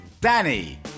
Danny